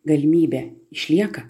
galimybė išlieka